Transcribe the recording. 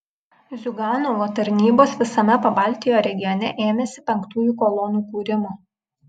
ziuganovo tarnybos visame pabaltijo regione ėmėsi penktųjų kolonų kūrimo